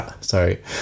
Sorry